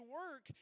work